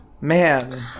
Man